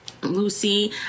Lucy